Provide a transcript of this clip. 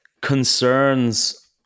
concerns